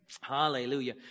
Hallelujah